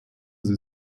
sie